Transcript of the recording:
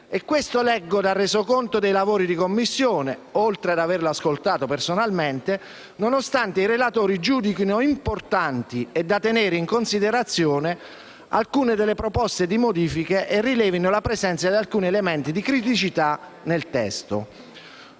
E questo - leggo dal Resoconto dei lavori di Commissione, oltre ad averlo ascoltato personalmente - nonostante i relatori giudichino «importanti e da tenere in considerazione alcune delle proposte di modifica» e rilevino «la presenza di alcuni elementi di criticità nel testo».